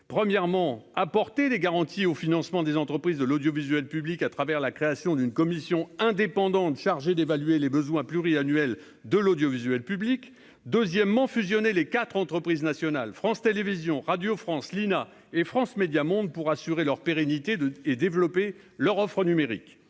premièrement, apporter des garanties au financement des entreprises de l'audiovisuel public à travers la création d'une commission indépendante chargée d'évaluer les besoins pluriannuelle de l'audiovisuel public, deuxièmement fusionner les 4 entreprises nationales, France Télévisions, Radio France, l'INA et France Médias Monde pour assurer leur pérennité de et développer leur offre numérique,